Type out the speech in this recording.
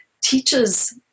teaches